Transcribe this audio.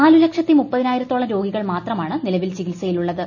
നാലു ലക്ഷത്തി മുപ്പതിനായിരത്തോളം രോഗികൾ മാത്രമാണ് നിലവിൽ ചികിത്സയിലുള്ളത്